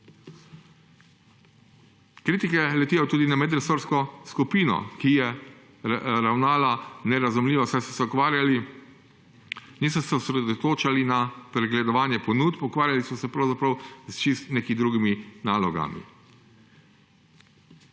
Kritike letijo tudi na medresorsko skupino, ki je ravnala nerazumljivo, saj se niso osredotočali na pregledovanje ponudb, ukvarjali so se pravzaprav s čisto nekimi drugimi nalogami.